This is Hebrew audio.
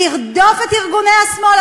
לרדוף את ארגוני השמאל.